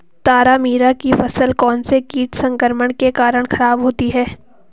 तारामीरा की फसल कौनसे कीट संक्रमण के कारण खराब होती है?